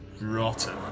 rotten